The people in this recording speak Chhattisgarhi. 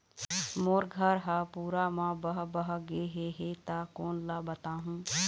मोर घर हा पूरा मा बह बह गे हे हे ता कोन ला बताहुं?